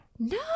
No